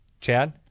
Chad